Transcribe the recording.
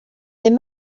ddydd